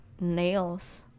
nails